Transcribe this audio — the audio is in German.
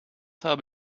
habe